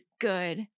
good